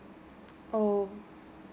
oh